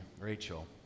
Rachel